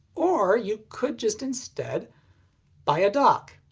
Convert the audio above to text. or you could just instead buy a dock.